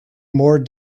more